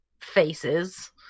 faces